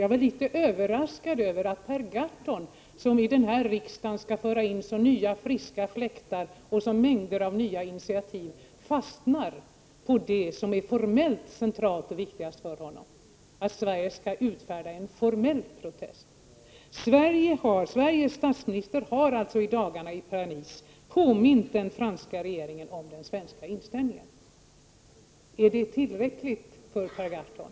Jag är litet överraskad över att Per Gahrton, som i riksdagen skall föra in nya friska fläktar och mängder av nya initiativ, fastnar i det som är formellt centralt och viktigast för honom, dvs. att Sverige skall utfärda en formell protest. Sveriges statsminister har i dagarna i Paris påmint den franska regeringen om den svenska inställningen. Är inte det tillräckligt för Per Gahrton?